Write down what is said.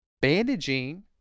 Bandaging